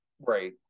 Right